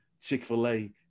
Chick-fil-A